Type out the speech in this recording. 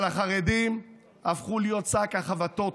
אבל החרדים הפכו להיות שק החבטות